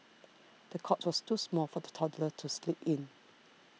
the cot was too small for the toddler to sleep in